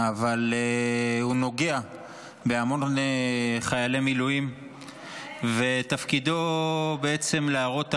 אבל הוא נוגע בהמון חיילי מילואים ותפקידו להראות הערכה,